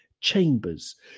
Chambers